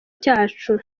cyacu